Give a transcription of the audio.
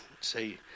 say